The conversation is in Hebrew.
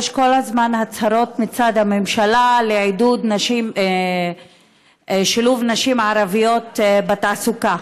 יש כל הזמן הצהרות מצד הממשלה לעידוד שילוב נשים ערביות בתעסוקה,